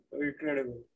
Incredible